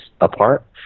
apart